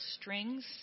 strings